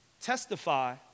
testify